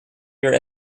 your